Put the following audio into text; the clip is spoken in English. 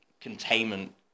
containment